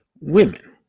women